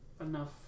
enough